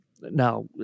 now